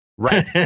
Right